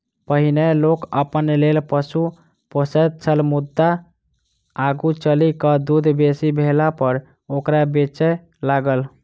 पहिनै लोक अपना लेल पशु पोसैत छल मुदा आगू चलि क दूध बेसी भेलापर ओकरा बेचय लागल